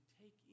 take